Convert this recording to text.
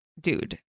dude